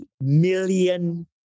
million